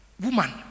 woman